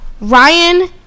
Ryan